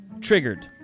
triggered